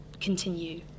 continue